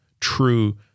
true